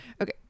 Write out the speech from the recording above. Okay